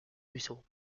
ruisseaux